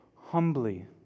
humbly